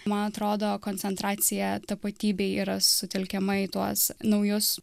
man atrodo koncentracija tapatybei yra sutelkiama į tuos naujus